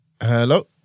hello